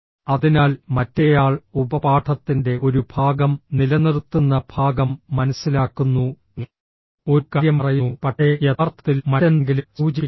അതിനാൽ മറ്റേയാൾ ഉപപാഠത്തിൻറെ ഒരു ഭാഗം നിലനിർത്തുന്ന ഭാഗം മനസ്സിലാക്കുന്നു ഒരു കാര്യം പറയുന്നു പക്ഷേ യഥാർത്ഥത്തിൽ മറ്റെന്തെങ്കിലും സൂചിപ്പിക്കുന്നു